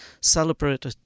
celebrate